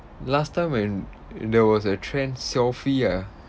last time when there was a trend selfie ah